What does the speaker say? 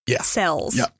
cells